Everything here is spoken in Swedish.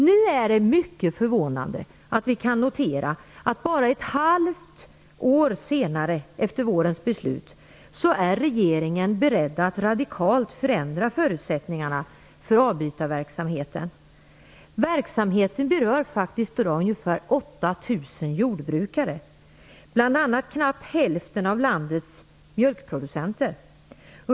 Det är nu mycket förvånande att kunna notera att bara ett halvt år senare är regeringen beredd att radikalt förändra förutsättningarna för avbytarverksamheten. Verksamheten berör faktiskt i dag 8 000 jordbrukare, bl.a. knappt hälften av landets mjölkproducenter.